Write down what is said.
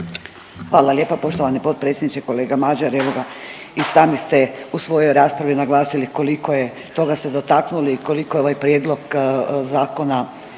Hvala lijepa poštovani potpredsjedniče, kolega Mađar. Evo ga i sami ste u svojoj raspravi naglasili koliko toga ste dotaknuli i koliko je ovaj prijedlog zakona